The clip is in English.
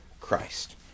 Christ